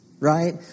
Right